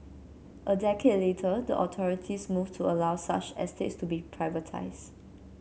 a decade later the authorities moved to allow such estates to be privatised